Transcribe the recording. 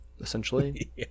essentially